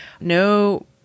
no